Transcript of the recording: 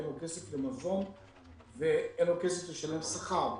אין לו כסף למזון ואין לו כסף לשלם שכר.